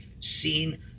seen